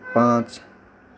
पाँच